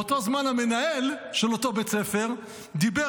באותו זמן המנהל של אותו בית ספר דיבר